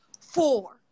four